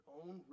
own